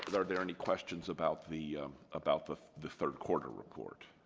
there there any questions about the about the the third quarter report